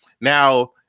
now